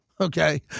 Okay